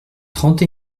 trente